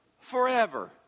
forever